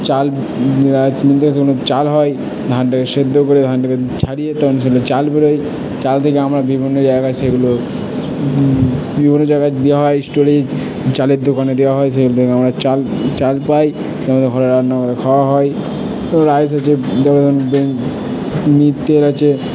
চাল মিল থেকে সেগুলো চাল হয় ধানটাকে সেদ্ধ করে ধানটাকে ছাড়িয়ে তারপর সেটা চাল বেরোয় চাল থেকে আমরা বিভিন্ন জায়গায় সেগুলো বিভিন্ন জায়গায় দেওয়া হয় স্টোরেজ চালের দোকানে দেওয়া হয় সেখান থেকে আমরা চাল চাল পাই আমাদের ঘরে রান্না করে খাওয়া হয় তো রাইস আছে আছে